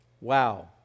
Wow